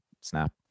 snap